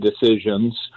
decisions